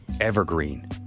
Evergreen